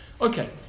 Okay